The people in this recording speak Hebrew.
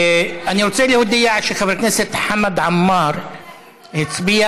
אני רוצה להודיע שחבר הכנסת חמד עמאר לא הצביע